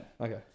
Okay